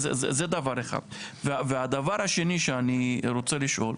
זה דבר אחד והדבר השני שאני רוצה לשאול,